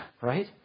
right